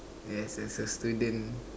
and as a student